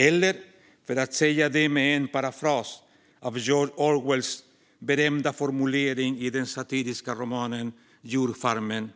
Eller, för att säga det med en parafras av George Orwells berömda formulering i den satiriska romanen Djurfarmen :